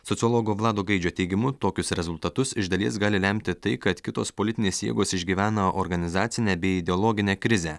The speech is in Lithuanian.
sociologo vlado gaidžio teigimu tokius rezultatus iš dalies gali lemti tai kad kitos politinės jėgos išgyvena organizacinę bei ideologinę krizę